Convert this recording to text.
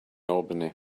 albany